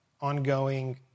ongoing